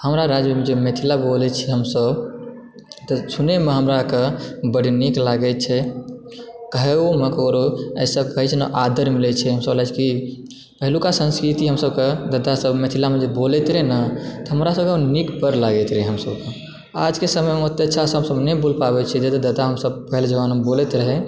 हमरा राज्यमजे मिथिला बोलै छी हमसब तऽ सुनयमे हमराके बड नीक लागै छै कहइयो मे ककरो एहिसँ कहै छै ने आदर मिलै छै हमरा सबके लागै छै कि पहिलुका संस्कृति हम सबके जतऽसँ मिथिलामे सब बोलैत रहै ने तऽ हमरा सबके नीक बड़ लागैत रहय हमसबके आजके समयमे ओते अच्छा से हमसब नहि बोल पाबै छी जते हमसब पहिले जमानामे बोलैत रहियै